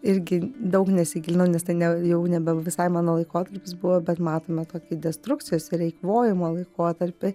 irgi daug nesigilinau nes tai ne jau nebe visai mano laikotarpis buvo bet matome tokį destrukcijos ir eikvojimo laikotarpį